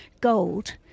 gold